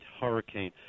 hurricane